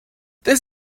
this